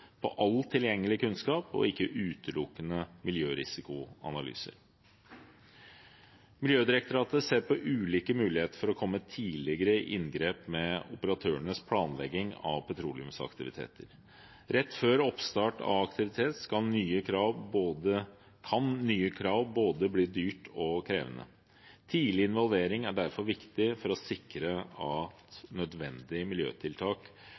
på all tilgjengelig kunnskap og ikke utelukkende på miljørisikoanalyser. Miljødirektoratet ser på ulike muligheter for å komme tidligere i inngrep med operatørenes planlegging av petroleumsaktiviteter. Rett før oppstart av aktivitet kan nye krav bli både dyrt og krevende. Tidlig involvering er derfor viktig for å sikre at nødvendige miljøtiltak